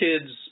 Kids